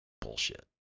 bullshit